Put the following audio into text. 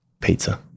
pizza